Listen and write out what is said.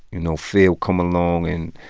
you know, feel come along and,